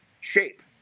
shape